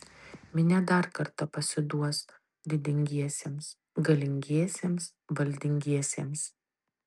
minia dar kartą pasiduos didingiesiems galingiesiems valdingiesiems